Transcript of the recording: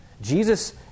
Jesus